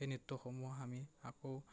সেই নৃত্যসমূহ আমি আকৌ